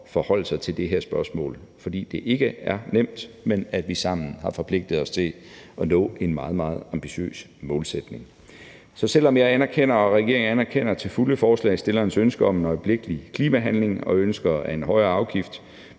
forholde sig til det her spørgsmål. Det er, fordi det ikke er nemt, men vi sammen har forpligtet os til at nå en meget, meget ambitiøs målsætning. Så selv om jeg og regeringen til fulde anerkender forslagsstillerens ønske om øjeblikkelig klimahandling og ønske om en højere afgift